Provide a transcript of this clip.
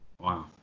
Wow